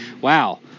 wow